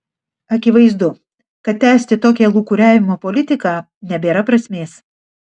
akivaizdu kad tęsti tokią lūkuriavimo politiką nebėra prasmės